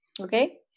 Okay